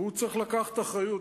והוא צריך לקחת אחריות,